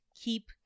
keep